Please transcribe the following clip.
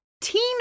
Teen